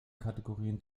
kategorien